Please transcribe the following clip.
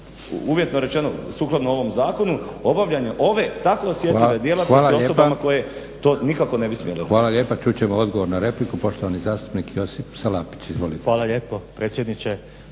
uvjetno rečeno sukladno ovom zakonu obavljanje ove tako osjetljive djelatnosti osobama koje to nikako ne bi smjele. **Leko, Josip (SDP)** Hvala lijepa. Čut ćemo odgovor na repliku, poštovani zastupnik Josip Salapić. Izvolite. **Salapić, Josip